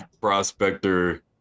prospector